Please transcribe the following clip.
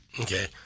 Okay